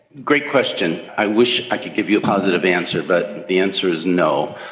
great question. i wish i could give you a positive answer, but the answer is no,